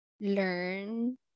learn